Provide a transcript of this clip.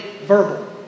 verbal